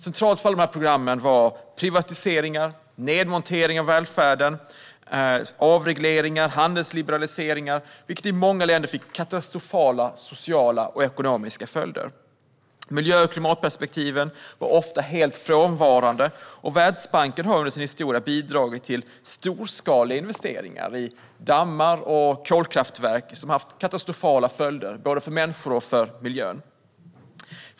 Centralt för alla dessa program var privatiseringar, nedmontering av välfärden, avregleringar och handelsliberaliseringar, vilket i många länder fick katastrofala sociala och ekonomiska följder. Miljö och klimatperspektiven var ofta helt frånvarande. Världsbanken har under sin historia bidragit till storskaliga investeringar i dammar och kolkraftverk som har haft katastrofala följder både för människor och för miljön.